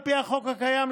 על פי החוק הקיים,